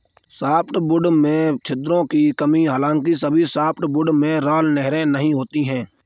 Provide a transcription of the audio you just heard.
softwood में छिद्रों की कमी हालांकि सभी सॉफ्टवुड में राल नहरें नहीं होती है